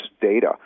data